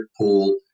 pool